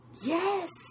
Yes